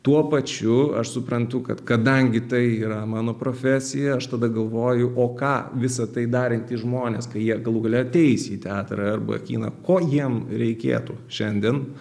tuo pačiu aš suprantu kad kadangi tai yra mano profesija aš tada galvoju o ką visa tai darantys žmonės kai jie galų gale ateis į teatrą arba kiną ko jiem reikėtų šiandien